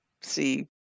see